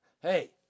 hey